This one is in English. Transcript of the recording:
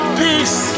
peace